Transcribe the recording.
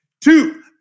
Two